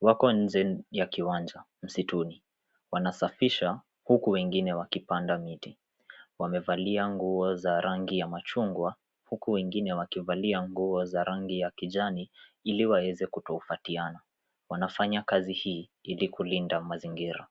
wako nje ya kiwanja msituni, wanasafisha huku wengine wakipanda miti wamevalia nguo za rangi ya machungwa, huku wengine wakivalia nguo za rangi ya kijani ili waweze kutofautiana. Wanafanya kazi hii ili kulinda mazingira.